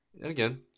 again